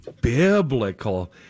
biblical